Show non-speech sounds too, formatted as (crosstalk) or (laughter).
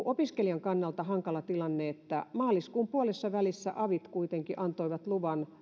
(unintelligible) opiskelijan kannalta hankala tilanne että maaliskuun puolessavälissä vaikka koulut suljettiin avit kuitenkin antoivat luvan